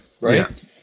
right